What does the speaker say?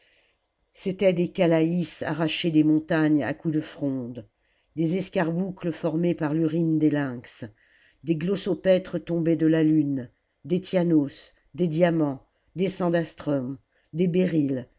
c'étaient des callaïs arrachées des montagnes à coups de fronde des escarboucles formées par l'urine des lynx des glossopètres tombés de la lune des tyanos des diamants des sandastrums des béryls